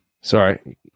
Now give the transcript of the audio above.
Sorry